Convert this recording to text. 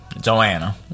Joanna